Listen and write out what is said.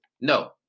No